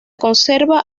conserva